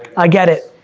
i get it,